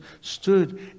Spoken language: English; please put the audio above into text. stood